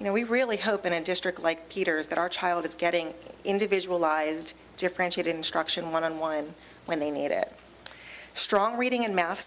you know we really hope in a district like peters that our child is getting individualized differentiated instruction one on one when they need it strong reading and math